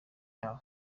yawe